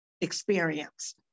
experience